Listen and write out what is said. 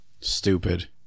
Stupid